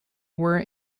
were